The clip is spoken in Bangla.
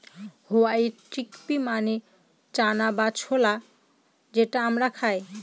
হোয়াইট চিকপি মানে চানা বা ছোলা যেটা আমরা খায়